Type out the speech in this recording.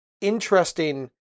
interesting